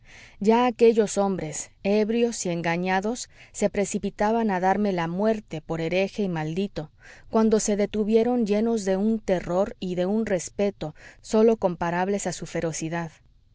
ya aquellos hombres ebrios y engañados se precipitaban a darme la muerte por hereje y maldito cuando se detuvieron llenos de un terror y de un respeto sólo comparables a su ferocidad